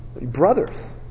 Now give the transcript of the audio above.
Brothers